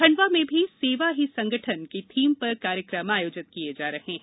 खंडवा में भी सेवा ही संगठन की थीम पर कार्यक्रम आयोजित किए जा रहे हैं